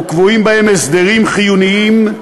וקבועים בהם הסדרים חיוניים,